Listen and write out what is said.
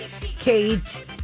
Kate